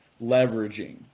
leveraging